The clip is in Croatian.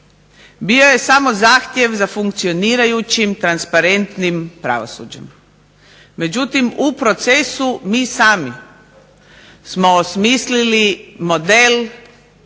Bio je samo zahtjev za funkcionirajućim, transparentnim pravosuđem. Međutim, u procesu mi sami smo osmislili model